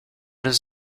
does